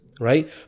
right